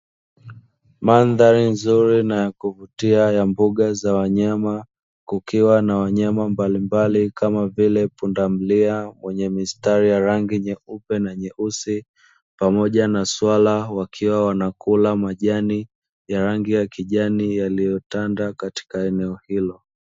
Mandhari nzuri na ya kuvutia ya mbuga za wanyama, kukiwa na wanyama mbalimbali, kama vile; pundamilia mwenye mistari ya rangi nyeupe na nyeusi, pamoja na swala wakiwa wanakula majani ya rangi ya kijani yaliyotanda katika eneo hilo.